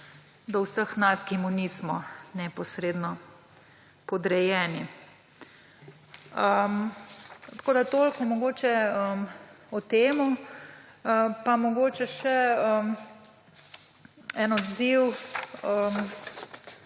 do vseh nas, ki mu nismo neposredno podrejeni. Toliko mogoče o tem. Pa mogoče še en odziv,